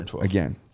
Again